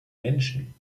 menschen